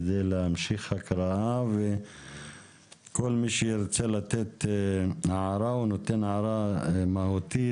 כדי להמשיך הקראה וכל מי שירצה לתת הערה הוא נותן הערה מהותית,